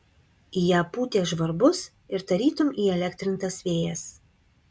į ją pūtė žvarbus ir tarytum įelektrintas vėjas